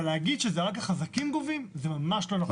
אבל להגיד שרק החזקים גובים, זה ממש לא נכון.